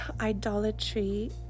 idolatry